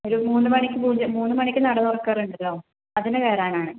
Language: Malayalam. ഒരു മൂന്ന് മണിക്ക് പൂജ മൂന്ന് മണിക്ക് നട തുറക്കാറുണ്ടല്ലോ അതിന് കേറാനാണ്